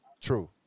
true